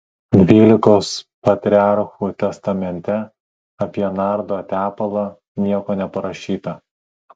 dvylikos patriarchų testamente apie nardo tepalą nieko neparašyta